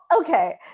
okay